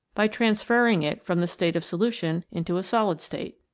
by transferring it from the state of solution into a solid state.